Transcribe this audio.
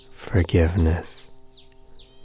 forgiveness